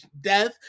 death